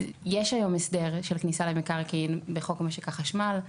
יש היום הסדר של כניסה למקרקעין בחוק משק החשמל.